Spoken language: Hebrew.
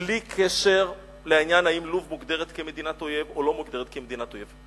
בלי קשר לשאלה אם לוב מוגדרת כמדינת אויב או לא מוגדרת כמדינת אויב.